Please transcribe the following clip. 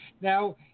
Now